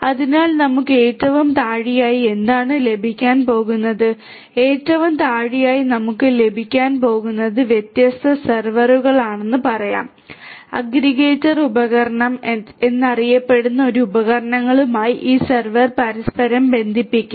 അതിനാൽ നമുക്ക് ഏറ്റവും താഴെയായി എന്താണ് ലഭിക്കാൻ പോകുന്നത് ഏറ്റവും താഴെയായി നമുക്ക് ലഭിക്കാൻ പോകുന്നത് വ്യത്യസ്ത സെർവറുകളാണെന്ന് പറയാം അഗ്രഗേറ്റർ ഉപകരണം എന്നറിയപ്പെടുന്ന ഈ ഉപകരണങ്ങളുമായി ഈ സെർവറുകൾ പരസ്പരം ബന്ധിപ്പിക്കും